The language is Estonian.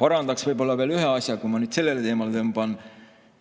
Parandaks võib-olla veel ühe asja, kui ma nüüd sellele teemale